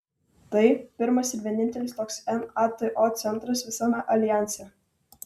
tai pirmas ir vienintelis toks nato centras visame aljanse